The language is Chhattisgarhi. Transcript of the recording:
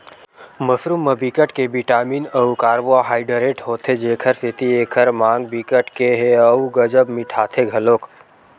मसरूम म बिकट के बिटामिन अउ कारबोहाइडरेट होथे जेखर सेती एखर माग बिकट के ह अउ गजब मिटाथे घलोक